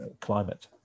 climate